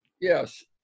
Yes